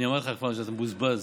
אני אמרתי לך כבר שאתה מבוזבז,